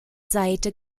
seite